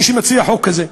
מי שמציע חוק כזה.